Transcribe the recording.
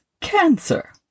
cancer